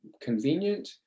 convenient